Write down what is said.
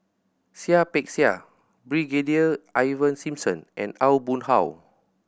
Seah Peck Seah Brigadier Ivan Simson and Aw Boon Haw